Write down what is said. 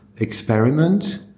experiment